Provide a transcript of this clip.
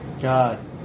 God